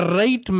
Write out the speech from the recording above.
right